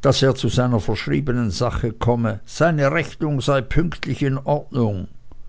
daß er zu seiner verschriebenen sache komme seine rechnung sei pünktlich in ordnung